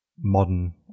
modern